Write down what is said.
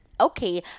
okay